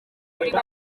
buri